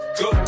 go